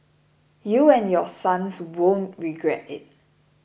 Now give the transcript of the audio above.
you and your sons won't regret it